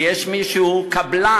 ויש מי שהוא קבלן,